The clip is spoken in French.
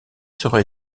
sera